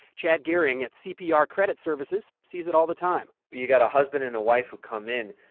chad goehring at cpr credit services sees it all the time you got a husband and a wife who come in.